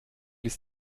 ist